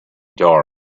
dark